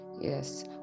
Yes